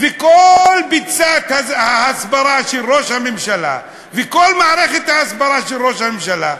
וכל ביצת ההסברה של ראש הממשלה וכל מערכת ההסברה של ראש הממשלה,